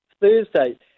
Thursday